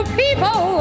people